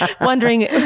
wondering